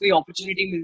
opportunity